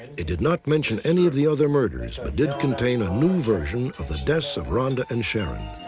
it did not mention any of the other murders but did contain a new version of the deaths of rhonda and sharon.